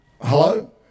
Hello